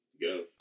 go